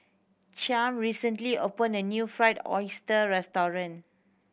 Chaim recently opened a new Fried Oyster restaurant